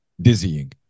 dizzying